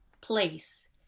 place